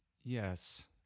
Yes